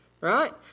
right